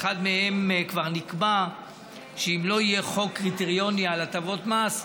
באחד מהם כבר נקבע שאם לא יהיה חוק קריטריוני על הטבות מס,